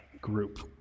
group